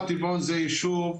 טבעון זה יישוב,